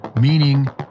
meaning